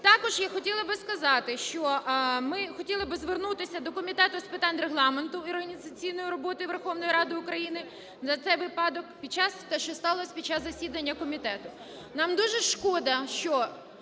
Також я хотіла б сказати, що ми хотіли би звернутися до Комітету з питань Регламенту і організаційної роботи Верховної Ради України за цей випадок – те, що сталося під час засідання комітету. Нам дуже шкода, що